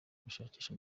gushakisha